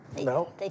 No